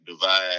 divide